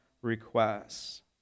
requests